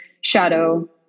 shadow